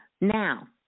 Now